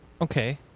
Okay